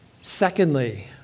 Secondly